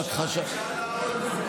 אפשר להראות,